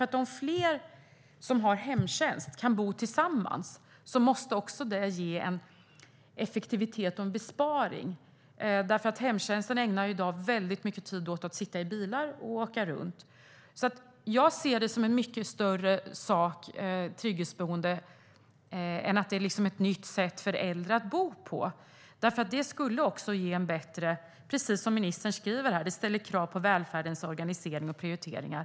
Men om fler som har hemtjänst kan bo tillsammans måste det ju ge en effektivitet och besparing, för hemtjänsten ägnar i dag väldigt mycket tid åt att sitta i bilar och åka runt. Jag ser alltså trygghetsboenden som en mycket större sak än ett nytt sätt för äldre att bo på, utifrån precis det ministern säger om att det ställs krav på välfärdens organisering och prioriteringar.